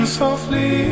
softly